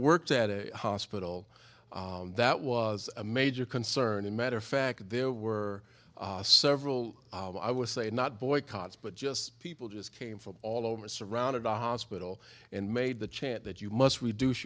worked at a hospital that was a major concern a matter of fact there were several i would say not boycotts but just people just came from all over surrounded by hospital and made the chant that you must reduce